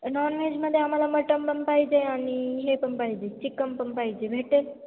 नॉनव्हेजमध्ये आम्हाला मटम पण पाहिजे आणि हे पण पाहिजे चिकम पण पाहिजे भेटेल